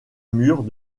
murs